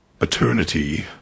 Eternity